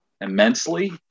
immensely